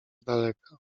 daleka